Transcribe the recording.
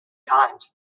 times